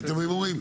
אתם אומרים,